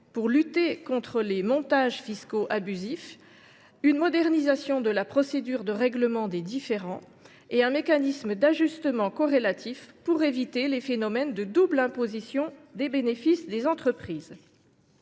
pour lutter contre certains montages fiscaux, une modernisation de la procédure de règlement des différends et un mécanisme d’ajustement corrélatif pour éviter les phénomènes de double imposition des bénéfices des entreprises.